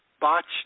botched